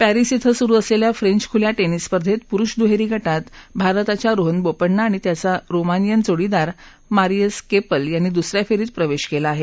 पस्सि श्विं सुरु असलेल्या फ्रेंच् खुल्या भिस स्पर्धेत पुरुष दुहेरी गाति भारताच्या रोहन बोपण्णा आणि त्याचा रुमानिअन जोडीदार मरिअस केपिल यांनी दुस या फेरीत प्रवेश केला आहे